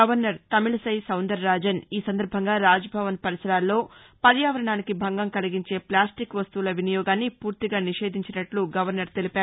governor Tamilisai Soundararajan ఈ సందర్బంగా రాజ్ భవన్ పరిసరాల్లో పర్యాపరణానికి భంగం కలిగించే ప్లాస్టిక్ వస్తువుల వినియోగాన్ని పూర్తిగా నిషేధించినట్లు గవర్నర్ తెలిపారు